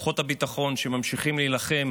כוחות הביטחון, שממשיכים להילחם